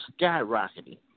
skyrocketing